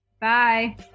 Bye